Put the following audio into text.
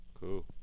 Cool